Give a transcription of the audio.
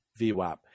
VWAP